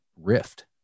rift